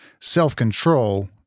Self-control